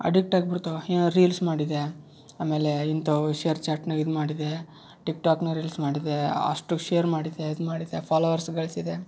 ಅಡಿಕ್ಟಾಗಿ ಬಿಡ್ತಾವೆ ರೀಲ್ಸ್ ಮಾಡಿದೆ ಆಮೇಲೆ ಇಂಥವು ಈ ಶೇರ್ಚಾಟ್ನಾಗ ಇದು ಮಾಡಿದೆ ಟಿಕ್ಟಾಕ್ನಾಗ ರೀಲ್ಸ್ ಮಾಡಿದೆ ಅಷ್ಟು ಶೇರ್ ಮಾಡಿದೆ ಇದು ಮಾಡಿದೆ ಫಾಲೋವರ್ಸ್ ಗಳಿಸಿದೆ